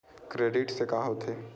Credit से का होथे?